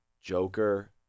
Joker